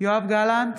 יואב גלנט,